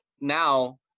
now